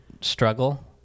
struggle